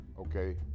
okay